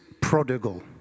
prodigal